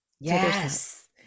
Yes